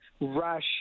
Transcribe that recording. rush